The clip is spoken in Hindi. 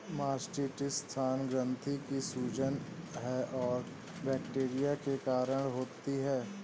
मास्टिटिस स्तन ग्रंथि की सूजन है और बैक्टीरिया के कारण होती है